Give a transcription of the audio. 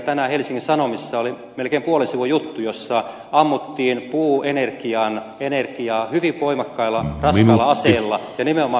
tänään helsingin sanomissa oli melkein puolen sivun juttu jossa ammuttiin puuenergiaa hyvin voimakkaalla raskaalla aseella ja nimenomaan päästöihin liittyen